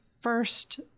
first